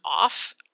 off